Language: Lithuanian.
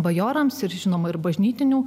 bajorams ir žinoma ir bažnytinių